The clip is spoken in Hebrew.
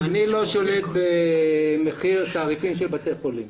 אני לא שולט בתעריפים של בתי חולים.